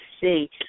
see